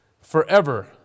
forever